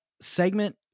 segment